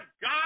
God